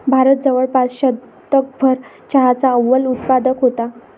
भारत जवळपास शतकभर चहाचा अव्वल उत्पादक होता